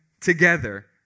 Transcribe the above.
Together